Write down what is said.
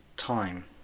Time